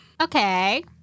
Okay